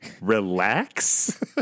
Relax